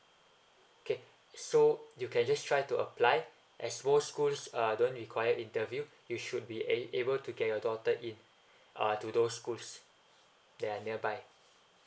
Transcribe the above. okay so you can just try to apply at all school uh don't require interview you should be able to get your daughter in uh to those schools than nearby